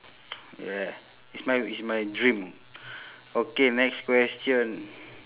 yeah it's my it's my dream okay next question